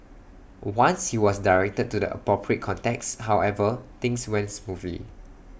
once he was directed to the appropriate contacts however things went smoothly